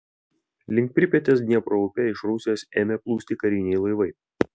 link pripetės dniepro upe iš rusijos ėmė plūsti kariniai laivai